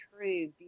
true